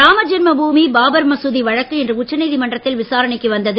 ராமஜென்ம பூமி பாபர் மசூதி வழக்கு இன்று உச்ச நீதிமன்றத்தில் விசாரணைக்கு வந்தது